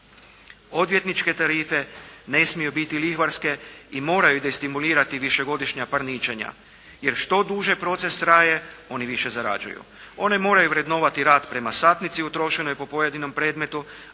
Odvjetničke tarife ne smiju biti lihvarske i moraju destimulirati višegodišnja parničenja jer što duže proces traje, oni više zarađuju. Oni moraju vrednovati rad prema satnici utrošenoj po pojedinom predmetu,